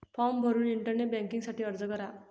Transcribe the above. form भरून internet banking साठी अर्ज करा